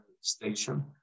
station